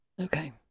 Okay